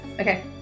Okay